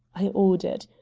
i ordered.